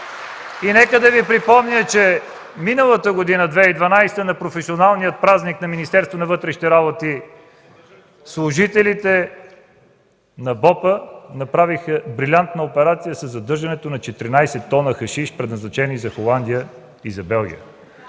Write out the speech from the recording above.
Нека да Ви припомня, че миналата – 2012 г., на професионалния празник на Министерството на вътрешните работи служители на ГДБОП направиха брилянтна операция със задържането на 14 тона хашиш, предназначени за Холандия и Белгия.